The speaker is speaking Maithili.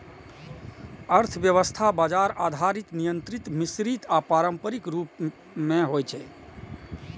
अर्थव्यवस्था बाजार आधारित, नियंत्रित, मिश्रित आ पारंपरिक रूप मे होइ छै